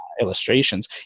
illustrations